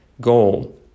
goal